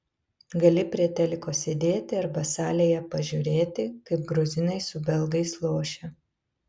gali prie teliko sėdėti arba salėje pažiūrėti kaip gruzinai su belgais lošia